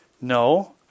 No